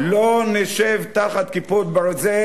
אנחנו לא נשב תחת "כיפות ברזל"